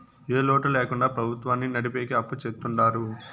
ఏ లోటు ల్యాకుండా ప్రభుత్వాన్ని నడిపెకి అప్పు చెత్తుంటారు